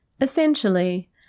Essentially